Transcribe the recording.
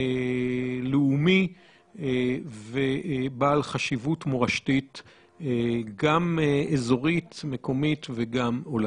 לאומי ובעל חשיבות מורשתית גם אזורית-מקומית וגם עולמית.